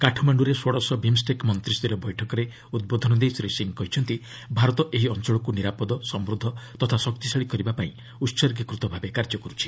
କାଠମାଣ୍ଡୁରେ ଷୋଡ଼ଶ ବିମ୍ଷ୍ଟେକ୍ ମନ୍ତ୍ରୀସରୀୟ ବୈଠକରେ ଉଦ୍ବୋଧନ ଦେଇ ଶ୍ରୀ ସିଂ କହିଛନ୍ତି ଭାରତ ଏହି ଅଞ୍ଚଳକୁ ନିରାପଦ ସମୃଦ୍ଧ ତଥା ଶକ୍ତିଶାଳୀ କରିବା ପାଇଁ ଉସର୍ଗୀକୃତ ଭାବେ କାର୍ଯ୍ୟ କର୍ୁଛି